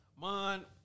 Man